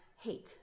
hate